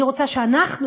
אני רוצה שאנחנו,